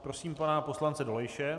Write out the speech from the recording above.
Prosím pana poslance Dolejše.